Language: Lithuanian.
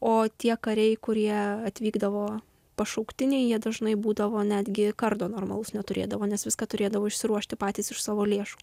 o tie kariai kurie atvykdavo pašauktiniai jie dažnai būdavo netgi kardo normalaus neturėdavo nes viską turėdavo išsiruošti patys iš savo lėšų